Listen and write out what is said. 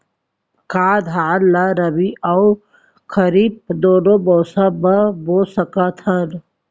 का धान ला रबि अऊ खरीफ दूनो मौसम मा बो सकत हन?